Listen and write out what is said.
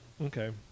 Okay